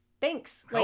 thanks